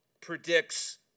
predicts